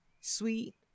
Sweet